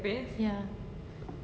ya